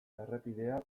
errepidea